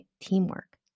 teamwork